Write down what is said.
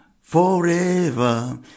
forever